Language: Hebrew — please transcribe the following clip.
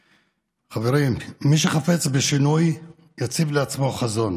חברים, מי שחפץ בשינוי יציב לעצמו חזון